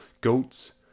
goats